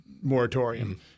moratorium